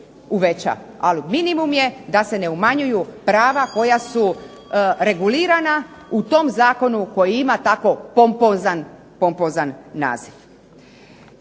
uveća, ali minimum je da se ne umanjuju prava koja su regulirana u tom zakonu koji ima tako pompozan naziv.